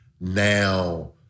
now